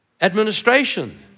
administration